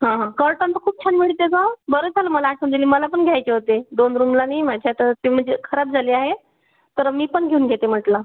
हां हां कर्टन तर खूप छान मिळते गं बरं झालं मला आठवण दिली मला पण घ्यायचे होते दोन रूमला नाही आहे माझ्या तर ते म्हणजे खराब झाले आहे तर मी पण घेऊन घेते म्हटलं